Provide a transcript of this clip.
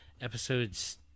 episodes